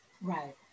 right